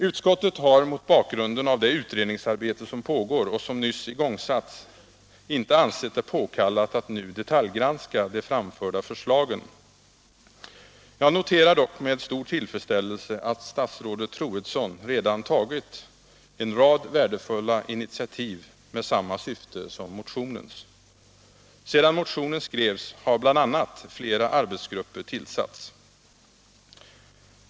Utskottet har mot bakgrunden av det utredningsarbete som pågår och som nyss igångsatts inte ansett det påkallat att nu detaljgranska de framförda förslagen. Jag noterar dock med tillfredsställelse att statsrådet Troedsson redan tagit en rad värdefulla initiativ med samma syfte som motionens. Sedan motionen skrevs har bl.a. flera arbetsgrupper tillsatts.